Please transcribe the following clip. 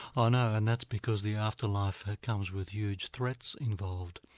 ah no, and that's because the afterlife comes with huge threats involved.